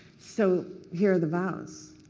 so here are the vows.